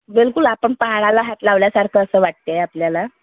बिलकूल आपण पहाडाला हात लावल्यासारखं असं वाटते आपल्याला